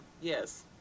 yes